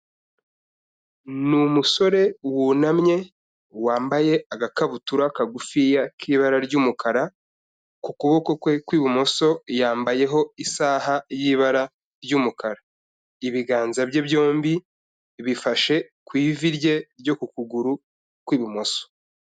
Ni umusore wunamye, wambaye agakabutura kagufiya k'ibara ry'umukara, ku kuboko kwe kw'ibumoso yambayeho isaha y'ibara ry'umukara. Ibiganza bye byombi bifashe ku ivi rye ryo ku kuguru kw'ibumoso.